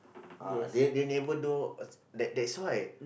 uh they they never do a that that's why